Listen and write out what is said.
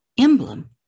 emblem